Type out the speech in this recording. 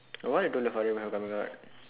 no when coming out